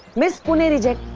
ms. pune reject.